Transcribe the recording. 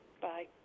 Bye